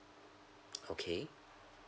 okay